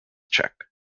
check